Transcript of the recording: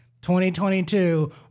2022